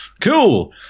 cool